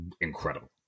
incredible